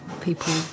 people